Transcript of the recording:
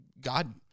God